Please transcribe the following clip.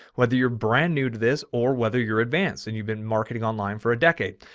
whether you're brand new to this, or whether you're advanced and you've been marketing online for a decade.